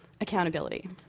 accountability